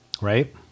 Right